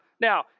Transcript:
Now